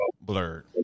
Blurred